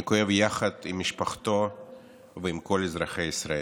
אני כואב יחד עם משפחתו ועם כל אזרחי ישראל.